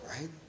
right